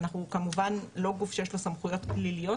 אנחנו כמובן לא גוף שיש לו סמכויות פליליות,